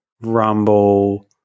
Rumble